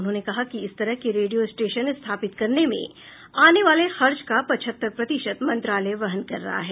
उन्होंने कहा कि इस तरह के रेडियो स्टेशन स्थापित करने में आने वाले खर्च का पचहत्तर प्रतिशत मंत्रालय वहन कर रहा है